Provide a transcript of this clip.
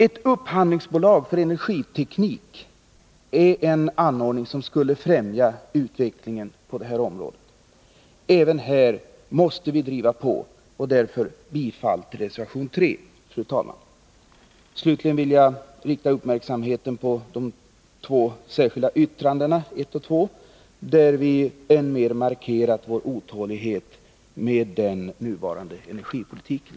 Ett upphandlingsbolag för energiteknik skulle främja utvecklingen på detta område. Även här måste vi driva på. Därför yrkar jag bifall till reservation 3. Slutligen vill jag rikta uppmärksamheten på de två särskilda yttrandena, där vi än mer har dokumenterat vår otålighet med den nuvarande energipolitiken.